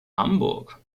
hamburg